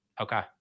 Okay